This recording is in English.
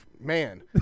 Man